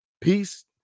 peace